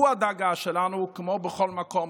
הוא הדאגה שלנו כמו בכל מקום.